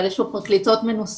אבל יש פה פרקליטות מנוסות